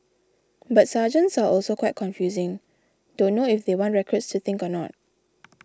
but sergeants are also quite confusing don't know if they want recruits to think or not